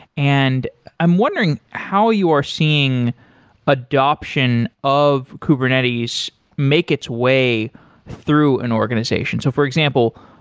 and i'm wondering how you are seeing adoption of kubernetes make its way through an organization? so for example,